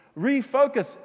Refocus